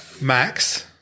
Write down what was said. Max